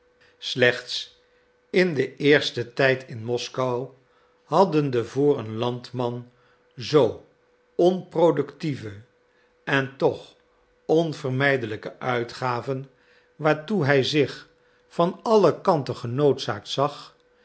slechts in den eersten tijd in moskou hadden de voor een landman zoo onproductieve en toch onvermijdelijke uitgaven waartoe hij zich van alle kanten genoodzaakt zag